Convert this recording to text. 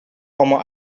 allemaal